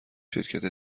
شرکت